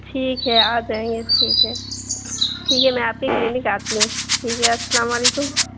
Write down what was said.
ٹھیک ہے آ جائیں گے ٹھیک ہے ٹھیک ہے میں آپ کی کلینک آتی ہوں ٹھیک ہے السلام علیکم